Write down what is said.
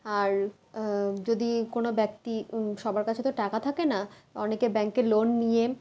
আর যদি কোনো ব্যক্তি সবার কাছে তো টাকা থাকে না অনেকে ব্যাংকের লোন নিয়ে